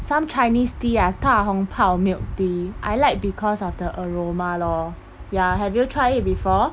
some chinese tea ah 大红袍 milk tea I like because of the aroma lor ya have you try it before